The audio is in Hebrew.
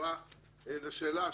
בתשובה לשאלה,